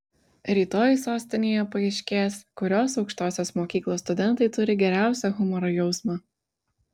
rytoj sostinėje paaiškės kurios aukštosios mokyklos studentai turi geriausią humoro jausmą